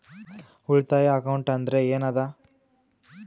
ಉಳಿತಾಯ ಅಕೌಂಟ್ ಅಂದ್ರೆ ಏನ್ ಅದ?